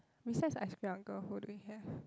besides ice cream uncle who do we have